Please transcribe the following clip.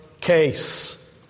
case